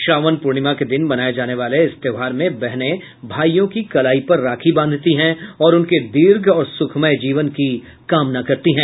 श्रावण पूर्णिमा के दिन मनाये जाने वाले इस त्योहार में बहनें भाइयों की कलाई पर राखी बांधती हैं और उनके दीर्घ और सुखमय जीवन की कामना करती हैं